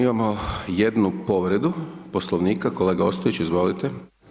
Imamo jednu povredu Poslovnika, kolega Ostojić, izvolite.